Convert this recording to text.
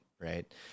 right